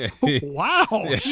Wow